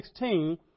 16